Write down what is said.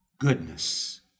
Goodness